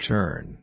Turn